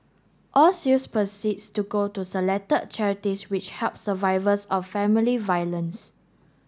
all sales proceeds to go to selected charities which help survivors of family violence